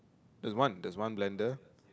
is one there's one blender